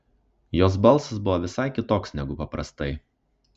jos balsas buvo visai kitoks negu paprastai